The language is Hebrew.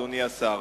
אדוני השר.